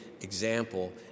example